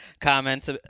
comments